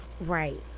Right